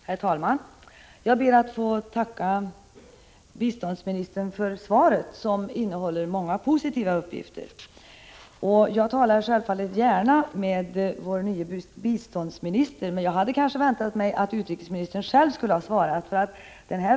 Herr talman! Jag ber att få tacka biståndsministern för svaret, som innehåller många positiva uppgifter. Jag talar självfallet gärna med vår nya biståndsminister, men jag hade kanske väntat mig att utrikesministern själv skulle ha svarat.